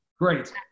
Great